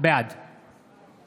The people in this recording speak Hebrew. בעד